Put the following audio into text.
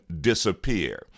disappear